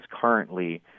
currently